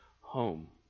home